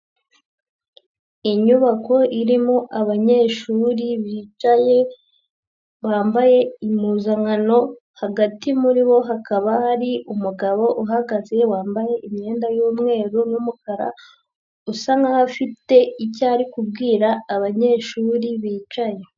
Inyubako irimo abanyeshuri bicaye bambaye impuzankano hagati muri bo hakaba hari umugabo uhagaze wambaye imyenda y'umweru n'umukara, usa nk'aho afite icyo ari kubwira abanyeshuri bicaye.